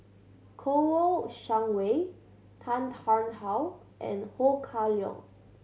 Kouo Shang Wei Tan Tarn How and Ho Kah Leong